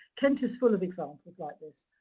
kent is full of examples like this.